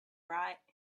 right